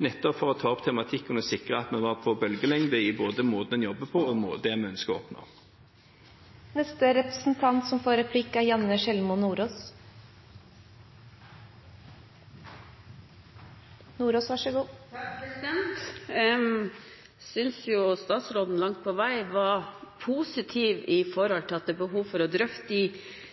nettopp for å ta opp tematikken og sikre at vi var på bølgelengde i både måten vi jobber på, og det vi ønsker å oppnå. Jeg synes statsråden langt på vei var positiv i forhold til at det er behov for å drøfte de